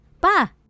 Pa